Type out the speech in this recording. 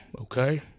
okay